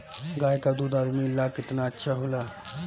गाय का दूध आदमी ला कितना अच्छा होला?